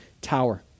tower